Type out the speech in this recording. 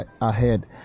ahead